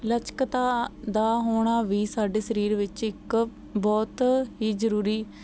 ਲਚਕਤਾ ਦਾ ਹੋਣਾ ਵੀ ਸਾਡੇ ਸਰੀਰ ਵਿੱਚ ਇੱਕ ਬਹੁਤ ਹੀ ਜ਼ਰੂਰੀ